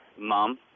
Mom